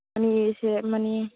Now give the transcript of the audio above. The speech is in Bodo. माने एसे माने